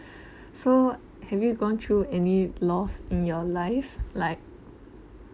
so have you gone through any lost in your life like